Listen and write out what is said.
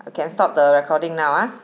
I can stop the recording now ah